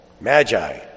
Magi